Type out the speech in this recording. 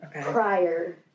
Prior